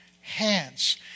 hands